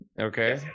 Okay